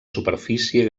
superfície